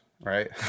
right